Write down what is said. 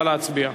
נא להצביע.